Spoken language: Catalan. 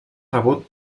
rebut